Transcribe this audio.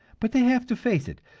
but they have to face it,